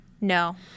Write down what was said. No